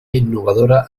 innovadora